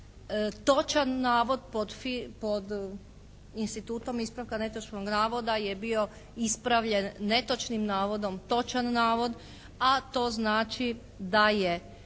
točan navod pod institutom ispravka netočnog navoda je bio ispravljen netočnim navodom točan navod, a to znači da je